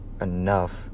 enough